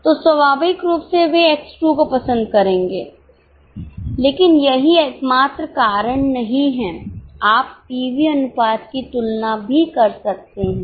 तो स्वाभाविक रूप से वे X 2 को पसंद करेंगे लेकिन यही एकमात्र कारण नहीं है आप पीवी अनुपात की तुलना भी कर सकते हैं